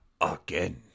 again